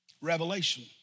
Revelation